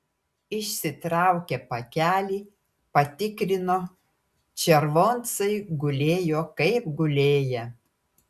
išsitraukė pakelį patikrino červoncai gulėjo kaip gulėję